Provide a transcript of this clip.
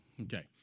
okay